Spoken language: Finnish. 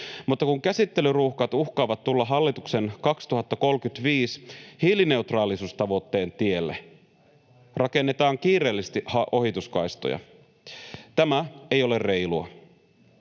mutta kun käsittelyruuhkat uhkaavat tulla hallituksen vuoden 2035 hiilineutraalisuustavoitteen tielle, rakennetaan kiireellisesti ohituskaistoja. Tämä ei ole reilua.